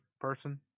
person